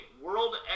world